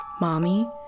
Mommy